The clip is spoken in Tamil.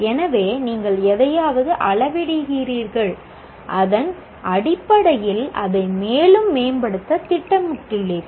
எனவே நீங்கள் எதையாவது அளவிடுகிறீர்கள் அதன் அடிப்படையில் அதை மேலும் மேம்படுத்த திட்டமிட்டுள்ளீர்கள்